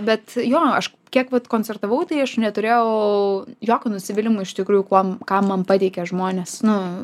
bet jo aš kiek vat koncertavau tai aš neturėjau jokių nusivylimų iš tikrųjų kuom ką man pateikė žmonės nu